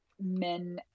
men